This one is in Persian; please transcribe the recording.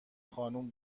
خانم